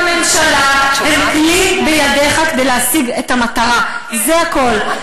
והממשלה, כלי בידיך כדי להשיג את המטרה, זה הכול.